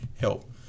help